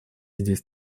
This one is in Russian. здесь